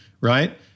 right